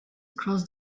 across